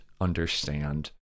understand